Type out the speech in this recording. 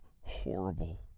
horrible